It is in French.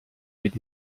mais